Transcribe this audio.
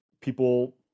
People